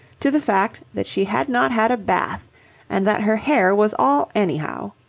to the fact that she had not had a bath and that her hair was all anyhow.